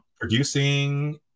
producing